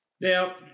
Now